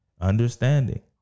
understanding